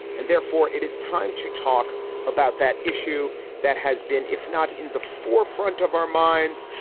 and therefore, it is time to talk about that issue that has been, if not in the forefront of our minds,